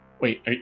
Wait